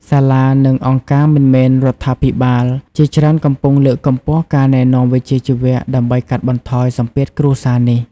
សាលា និងអង្គការមិនមែនរដ្ឋាភិបាលជាច្រើនកំពុងលើកកម្ពស់ការណែនាំវិជ្ជាជីវៈ ដើម្បីកាត់បន្ថយសម្ពាធគ្រួសារនេះ។